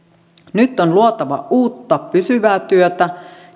nyt on luotava uutta pysyvää työtä